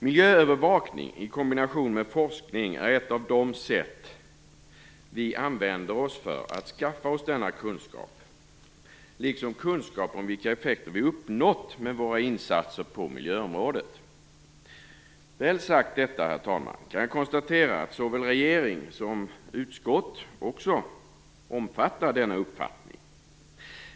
Miljöövervakning i kombination med forskning är en av de metoder vi använder oss av för att skaffa denna kunskap, liksom kunskap om vilka effekter vi har uppnått med våra insatser på miljöområdet. När jag väl har sagt detta kan jag konstatera att såväl regering som utskott också omfattar denna uppfattning.